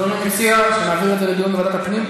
אדוני מציע שנעביר את זה לדיון בוועדת הפנים?